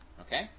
Okay